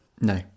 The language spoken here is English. No